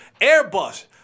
Airbus